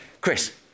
Chris